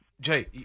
Jay